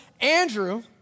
Andrew